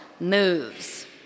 moves